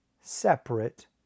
separate